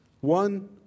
One